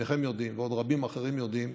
שניכם יודעים, ועוד רבים אחרים יודעים,